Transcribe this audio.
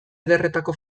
ederretako